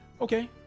Okay